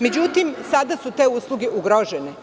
Međutim, sada su te usluge ugrožene.